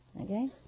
Okay